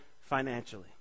financially